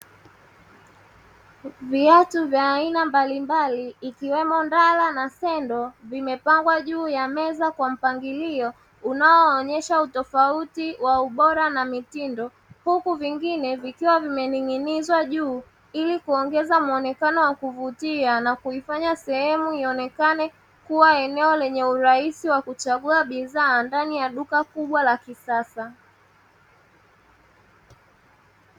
Viatu vya aina mbalimbali ikiwemo ndala na sendo vimepangwa juu ya meza kwa mpangilio unaoonyesha utofauti wa ubora na mitindo, huku vingine vikiwa vimening'inizwa juu ili kuongeza muonekano wa kuvutia na kuifanya sehemu ionekane kuwa eneo lenye urahisi wa kuchagua bidhaa ndani ya duka kubwa la kisasa.